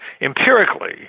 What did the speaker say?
empirically